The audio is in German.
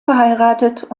verheiratet